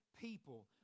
people